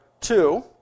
two